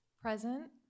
Present